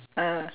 ah